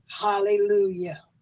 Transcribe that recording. Hallelujah